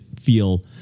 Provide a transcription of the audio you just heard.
feel